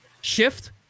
shift